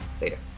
Later